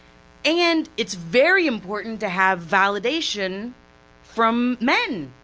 and it's very important to have validation from men.